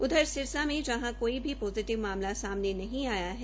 उधर सिरसा में कोई भी पोजिटिव मामला सामने नहीं आया है